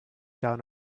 down